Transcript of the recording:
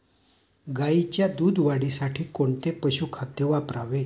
गाईच्या दूध वाढीसाठी कोणते पशुखाद्य वापरावे?